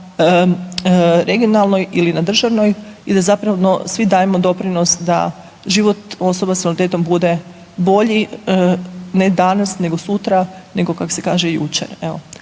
regionalnoj ili na državnoj i da zapravo svi dajemo doprinos da život osoba s invaliditetom bude bolji, ne danas, nego sutra, nego kak se kaže, jučer.